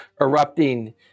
erupting